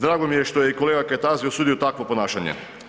Drago mi je što je i kolega Kajtazi osudio takvo ponašanje.